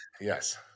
yes